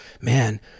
man